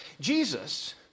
Jesus